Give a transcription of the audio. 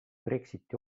brexiti